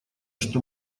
что